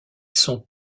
sont